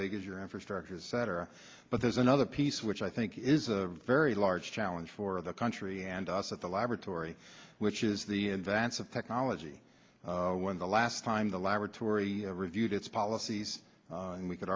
big is your infrastructure is better but there's another piece which i think is a very large challenge for the country and us at the laboratory which is the advance of technology when the last time the laboratory reviewed its policies and we could